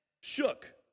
shook